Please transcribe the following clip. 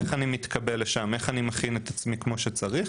איך אני מתקבל לשם ואיך אני מכין את עצמי כמו שצריך,